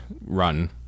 run